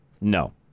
No